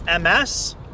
MS